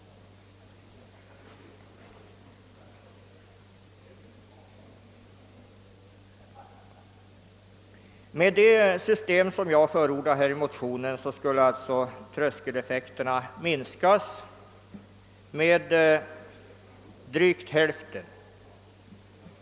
Med det system som jag förordar i motionen skulle alltså tröskeleffekterna minskas med drygt hälften.